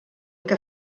que